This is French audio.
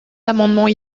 amendements